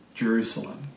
Jerusalem